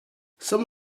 some